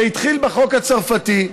זה התחיל בחוק הצרפתי,